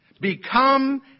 become